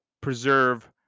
preserve